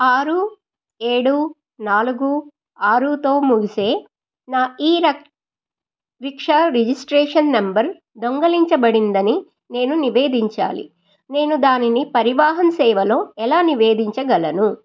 ఆరు ఏడు నాలుగు ఆరూతో ముగిసే నా ఈరక్ రిక్షా రిజిస్ట్రేషన్ నెంబర్ దొంగలించబడిందని నేను నివేదించాలి నేను దానిని పరివాహన్ సేవలో ఎలా నివేదించగలను